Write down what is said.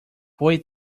fue